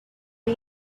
day